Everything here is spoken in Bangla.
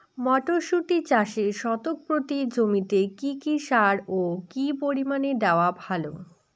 মটরশুটি চাষে শতক প্রতি জমিতে কী কী সার ও কী পরিমাণে দেওয়া ভালো?